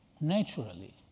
naturally